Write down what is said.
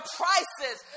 prices